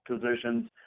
positions